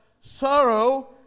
sorrow